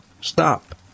Stop